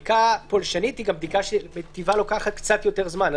בדיקה פולשנית לוקחת קצת יותר זמן.